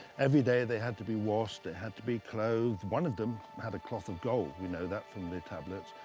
every day they had to be washed, they had to be clothed. one of them had a cloth of gold. we know that from the tablets.